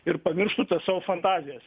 ir pamirštų tas savo fantazijas